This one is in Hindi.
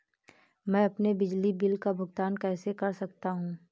मैं अपने बिजली बिल का भुगतान कैसे कर सकता हूँ?